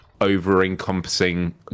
over-encompassing